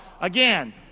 Again